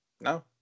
No